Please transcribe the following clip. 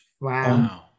Wow